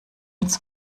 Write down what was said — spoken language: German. uns